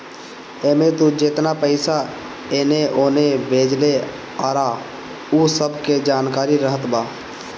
एमे तू जेतना पईसा एने ओने भेजले बारअ उ सब के जानकारी रहत बा